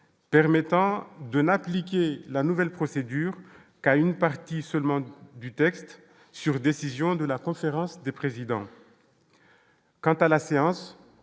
permettant de n'appliquer la nouvelle procédure qu'à une partie seulement du texte, sur décision de la conférence des présidents, quant à la séance,